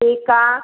टीका